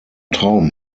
traum